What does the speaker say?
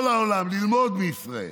כל העולם, ללמוד מישראל,